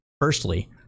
Firstly